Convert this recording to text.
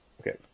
Okay